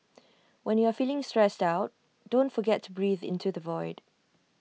when you are feeling stressed out don't forget to breathe into the void